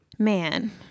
Man